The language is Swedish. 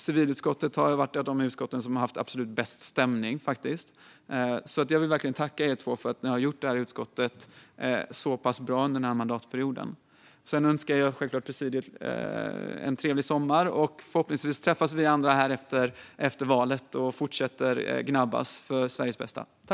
Civilutskottet har faktiskt varit ett av de utskott som har haft absolut bäst stämning, så jag vill verkligen tacka er två för att ni har gjort detta utskott så pass bra under denna mandatperiod. Sedan önskar jag självklart presidiet en trevlig sommar. Förhoppningsvis träffas vi andra här efter valet och fortsätter gnabbas för Sveriges bästa.